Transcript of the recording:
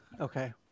okay